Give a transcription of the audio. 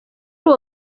uwo